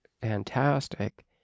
fantastic